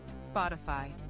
Spotify